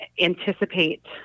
anticipate